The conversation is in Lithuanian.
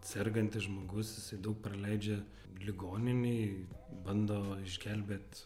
sergantis žmogus jisai daug praleidžia ligoninėj bando išgelbėt